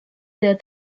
der